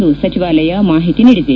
ಎಂದು ಸಚಿವಾಲಯ ಮಾಹಿತಿ ನೀಡಿದೆ